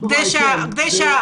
התשובה היא כן.